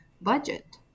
budget